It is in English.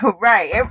Right